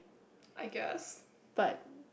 but